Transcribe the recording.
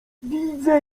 widzę